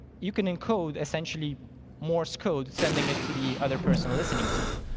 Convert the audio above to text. you can encode essentially morse code, sending it to the other person listening to you.